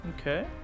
Okay